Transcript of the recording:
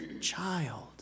child